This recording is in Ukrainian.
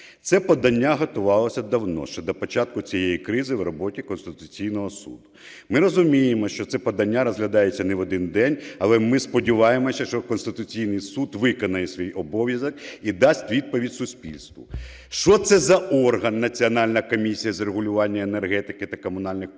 Це подання готувалося давно, ще до початку цієї кризи в роботі Конституційного Суду. Ми розуміємо, що це подання розглядається не в один день, але ми сподіваємося, що Конституційний Суд виконає свій обов'язок і дасть відповідь суспільству, що це за орган - Національна комісія з регулювання енергетики та комунальних послуг,